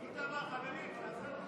עשר דקות.